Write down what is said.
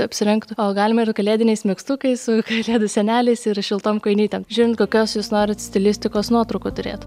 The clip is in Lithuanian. apsirengtų o galima ir kalėdiniais megztukais su kalėdų seneliais ir šiltom kojinytėm žiūrint kokios jūs norit stilistikos nuotraukų turėt